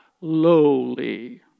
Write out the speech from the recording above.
lowly